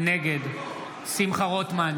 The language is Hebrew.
נגד שמחה רוטמן,